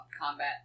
combat